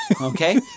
Okay